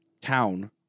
town